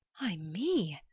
ay me,